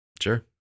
Sure